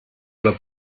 alla